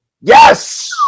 Yes